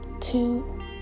two